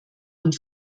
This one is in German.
und